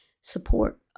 support